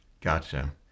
Gotcha